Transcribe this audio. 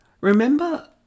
remember